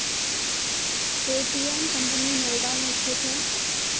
Paytm company Noida में स्थित है